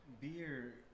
Beer